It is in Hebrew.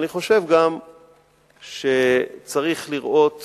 אני חושב גם שצריך לראות